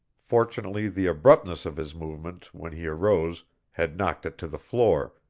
fortunately the abruptness of his movement when he arose had knocked it to the floor,